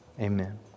Amen